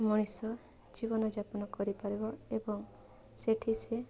ମଣିଷ ଜୀବନଯାପନ କରିପାରିବ ଏବଂ ସେଇଠି ସେ